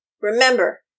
Remember